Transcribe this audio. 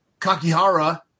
Kakihara